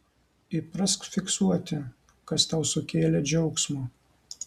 įprask fiksuoti kas tau sukėlė džiaugsmo